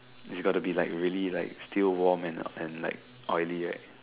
it's gotta be like really like still warm and oily right